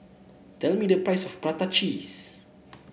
tell me the price of Prata Cheese